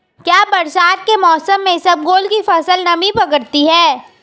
क्या बरसात के मौसम में इसबगोल की फसल नमी पकड़ती है?